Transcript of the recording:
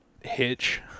hitch